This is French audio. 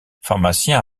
pharmacien